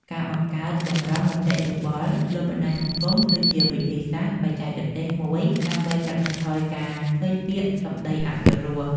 ការបង្កើត តម្រងមតិយោបល់ លើបណ្ដាញសង្គម គឺជាវិធីសាស្ត្របច្ចេកទេសមួយដើម្បីកាត់បន្ថយការឃើញពាក្យសម្ដីអសុរស។